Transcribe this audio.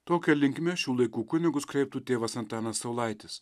tokia linkme šių laikų kunigus kreiptų tėvas antanas saulaitis